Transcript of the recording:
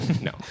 no